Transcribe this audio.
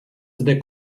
zde